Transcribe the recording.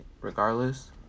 regardless